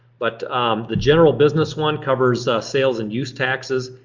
but the general business one covers sales and use taxes,